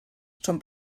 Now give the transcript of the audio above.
són